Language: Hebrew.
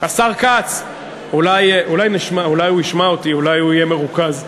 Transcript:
השר כץ, אולי הוא ישמע אותי, אולי הוא יהיה מרוכז.